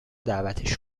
دعوتش